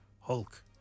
Hulk